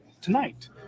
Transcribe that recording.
tonight